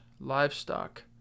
livestock